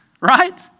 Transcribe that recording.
Right